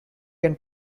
can